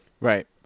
right